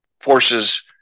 forces